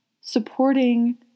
supporting